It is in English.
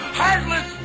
heartless